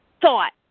thought